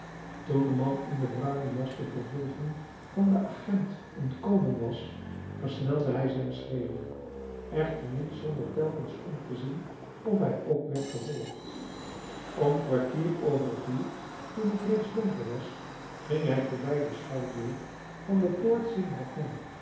toen de man in de bruine jas de vervolging van den agent ontkomen was versnelde hij zijn schreden echter niet zonder telkens om te zien of hij ook werd gevolgd om kwartier over vier toen het reeds donker was ging hij voorbij den schouwburg van de poort